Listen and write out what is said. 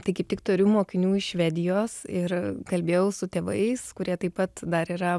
tai kaip tik turiu mokinių iš švedijos ir kalbėjau su tėvais kurie taip pat dar yra